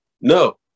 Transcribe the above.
no